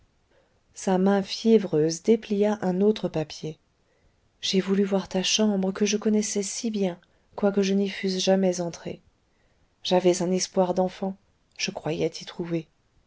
sa main fiévreuse déplia un autre papier j'ai voulu voir ta chambre que je connaissais si bien quoique je n'y fusse jamais entrée j'avais un espoir d'enfant je croyais t'y trouver